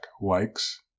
likes